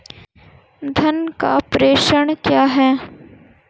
धन का प्रेषण क्या है?